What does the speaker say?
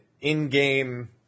in-game